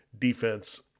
defense